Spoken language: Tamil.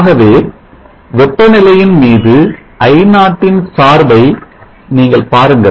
ஆகவே வெப்ப நிலையின் மீது I0 ன் சார்பை நீங்கள் பாருங்கள்